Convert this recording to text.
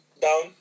down